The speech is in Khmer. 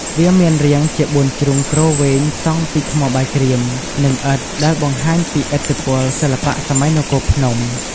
វាមានរាងជាបួនជ្រុងទ្រវែងសង់ពីថ្មបាយក្រៀម និងឥដ្ឋ ដែលបង្ហាញពីឥទ្ធិពលសិល្បៈសម័យនគរភ្នំ។